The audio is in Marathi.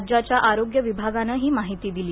राज्याच्या आरोग्य विभागानं ही माहिती दिली आहे